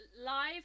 Live